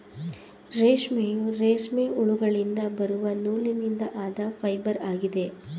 ರೇಷ್ಮೆಯು, ರೇಷ್ಮೆ ಹುಳುಗಳಿಂದ ಬರುವ ನೂಲಿನಿಂದ ಆದ ಫೈಬರ್ ಆಗಿದೆ